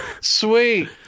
Sweet